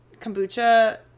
kombucha